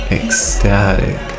ecstatic